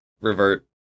Revert